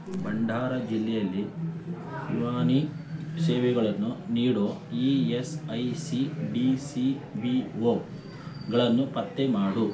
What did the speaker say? ಬಂಡಾರಾ ಜಿಲ್ಲೆಯಲ್ಲಿ ಯುನಾನಿ ಸೇವೆಗಳನ್ನು ನೀಡೋ E S I C D C B ಓಗಳನ್ನು ಪತ್ತೆ ಮಾಡು